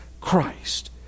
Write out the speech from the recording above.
Christ